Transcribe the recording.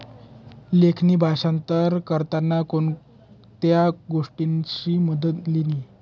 लेखणी भाषांतर करताना कोण कोणत्या गोष्टीसनी मदत लिनी